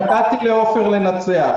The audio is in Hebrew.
נתתי לעפר לנצח...